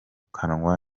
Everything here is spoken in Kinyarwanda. kanwa